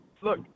Look